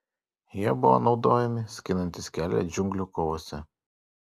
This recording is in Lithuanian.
jie buvo naudojami skinantis kelią džiunglių kovose